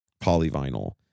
polyvinyl